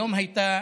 היום הייתה